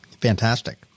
fantastic